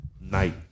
night